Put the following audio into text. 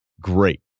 great